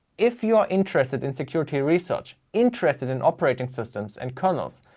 if you are interested in security research, interested in operating systems and kernels.